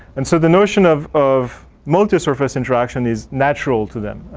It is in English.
and so the notion of of multi-surface interaction is natural to them.